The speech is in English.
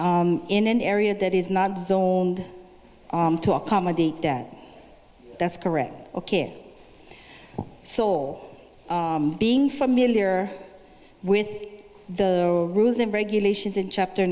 in an area that is not zoned to accommodate that that's correct ok soul being familiar with the rules and regulations in chapter